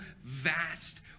vast